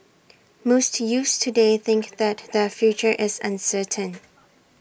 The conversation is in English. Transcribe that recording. most youths today think that their future is uncertain